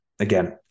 Again